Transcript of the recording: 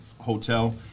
hotel